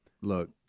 look